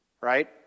right